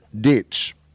Ditch